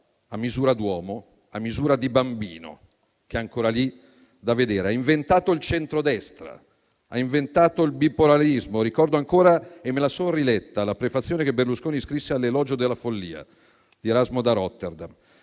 a misura d'uomo e a misura di bambino, che è ancora lì da vedere. Ha inventato il centrodestra, ha inventato il bipolarismo. Ricordo ancora - me la sono riletta - la prefazione che Berlusconi scrisse all'«Elogio della follia» di Erasmo da Rotterdam.